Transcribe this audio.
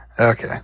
okay